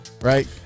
right